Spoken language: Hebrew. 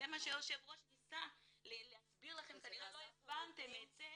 זה מה שיושב הראש ניסה להסביר לכם וכנראה לא הבנתם את זה.